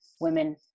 women